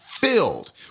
Filled